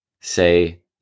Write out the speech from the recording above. say